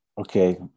Okay